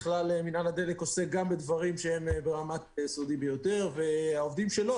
בכלל מינהל הדלק עוסק גם בדברים שהם ברמת סודי ביותר והעובדים שלו.